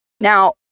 Now